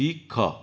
ଠିକ